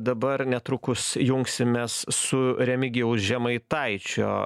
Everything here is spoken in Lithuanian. dabar netrukus jungsimės su remigijaus žemaitaičio